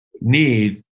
need